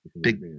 big